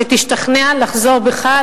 תשתכנע לחזור בך,